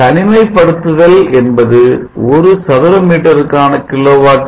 தனிமை படுத்துதல் என்பது ஒரு சதுர மீட்டருக்கான கிலோவாட்